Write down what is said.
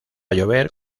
llover